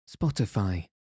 Spotify